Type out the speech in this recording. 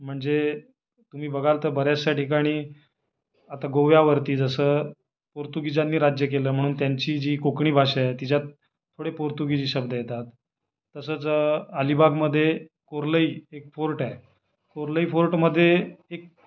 म्हणजे तुम्ही बघाल तर बऱ्याचशा ठिकाणी आता गोव्यावरती जसं पोर्तुगीजांनी राज्य केलं म्हणून त्यांची जी कोकणी भाषा आहे तिच्यात थोडे पोर्तुगीजी शब्द येतात तसंच अलिबागमध्ये कोर्लई एक फोर्ट आहे कोर्लई फोर्टमध्ये एक